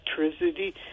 electricity